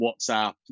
WhatsApp